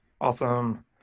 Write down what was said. Awesome